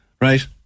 right